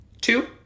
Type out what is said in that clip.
two